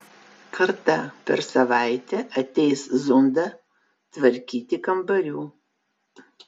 kartą per savaitę ateis zunda tvarkyti kambarių